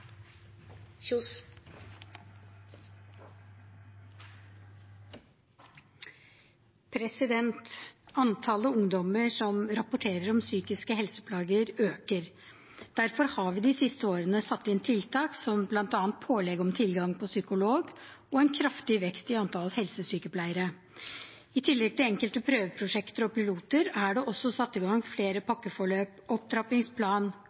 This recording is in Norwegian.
Antallet ungdommer som rapporterer om psykiske helseplager, øker. Derfor har vi de siste årene satt inn tiltak, som bl.a. pålegg om tilgang på psykolog og en kraftig vekst i antall helsesykepleiere. I tillegg til enkelte prøveprosjekter og piloter er det også satt i gang flere pakkeforløp og opptrappingsplan,